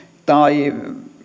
tai